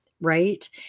right